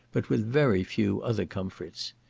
but with very few other comforts.